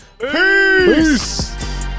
PEACE